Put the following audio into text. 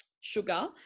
sugar